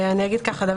בהתחלה